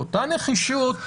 באותה נחישות,